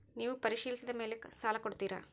ನೇವು ಪರಿಶೇಲಿಸಿದ ಮೇಲೆ ಸಾಲ ಕೊಡ್ತೇರಾ?